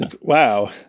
wow